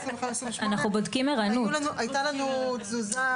הייתה לנו תזוזה.